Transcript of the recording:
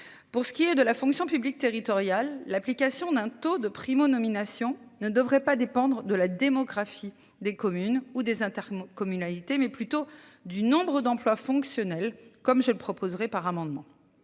Pour ce qui est de la fonction publique territoriale, l'application d'un taux de Primo nomination ne devrait pas dépendre de la démographie des communes ou des. Intercommunalités mais plutôt du nombre d'emplois fonctionnels, comme je le proposerai par amendement.